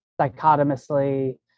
dichotomously